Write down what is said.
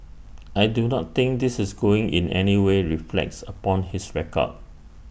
I do not think this is going in anyway reflects upon his record